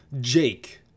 Jake